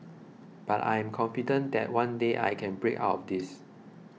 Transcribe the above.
but I am confident that one day I can break out of this